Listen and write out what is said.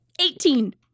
Eighteen